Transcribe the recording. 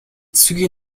züge